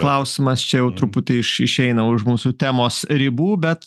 klausimas čia jau truputį iš išeina už mūsų temos ribų bet